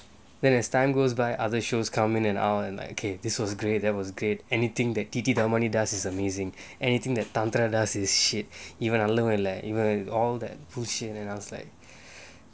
then as time goes by other shows come in and out and like okay this was great that was great anything that T_T dhavamani does is amazing anything that tantra does is shit even நல்லவன் இல்ல:nallavan illa even all that bullshit and I was like